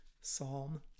Psalm